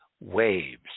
waves